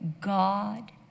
God